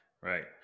right